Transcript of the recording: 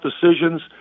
decisions